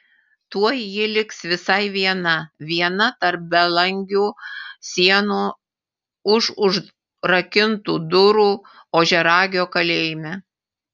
tuoj ji liks visai viena viena tarp belangių sienų už užrakintų durų ožiaragio kalėjime